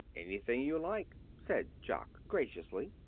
anything you like, said jock graciously.